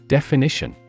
Definition